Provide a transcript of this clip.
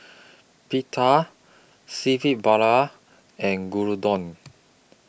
Pita Seafood Paella and Gyudon